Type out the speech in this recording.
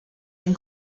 and